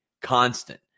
constant